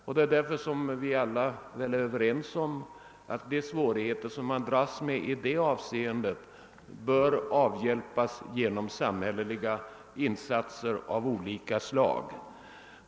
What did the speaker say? Vi är därför alla överens om att de svårigheter som man dras med i det avseendet bör avhjälpas genom samhälleliga insatser av olika slag.